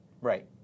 Right